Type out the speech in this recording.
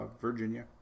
Virginia